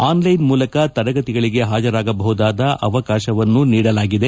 online ಮೂಲಕ ತರಗತಿಗಳನ್ನು ಹಾಜರಾಗಬಹುದಾದ ಆವಕಾಶವನ್ನು ನೀಡಲಾಗಿದೆ